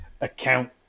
account